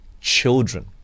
children